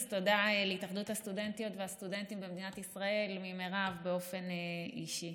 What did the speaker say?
אז תודה להתאחדות הסטודנטיות והסטודנטים במדינת ישראל ממירב באופן אישי.